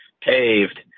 paved